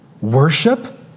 worship